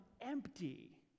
empty